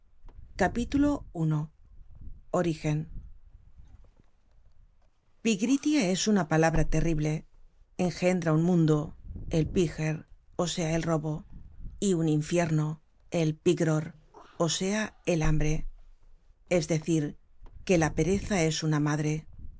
generated at pigritia es una palabra terrible engendra un mundo el piger ó sea el robo y un infierno el pi gror ó sea el hambre es decir que la pereza es una madre